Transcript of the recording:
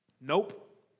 Nope